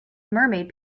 mermaid